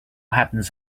happens